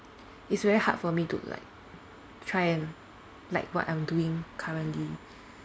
it's very hard for me to like try and like what I'm doing currently